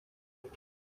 out